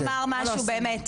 מה לא עשינו?